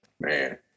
Man